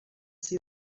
see